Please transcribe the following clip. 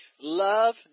Love